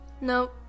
No